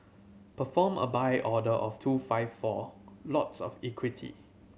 perform a Buy order of two five four lots of equity